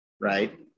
Right